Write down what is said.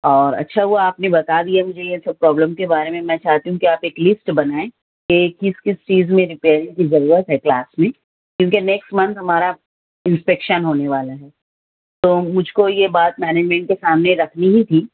اور اچھا ہوا آپ نے بتا دیا مجھے یہ سب پرابلم کے بارے میں میں چاہتی ہوں کہ آپ ایک لیسٹ بنائیں کہ کس کس چیز میں رپیئرنگ کی ضرورت ہے کلاس میں کیونکہ نیکسٹ منتھ ہمارا انسپیکشن ہونے والا ہے تو مجھ کو یہ بات مینیجمنٹ کے سامنے رکھنی ہی تھی